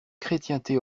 chrétienté